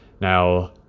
Now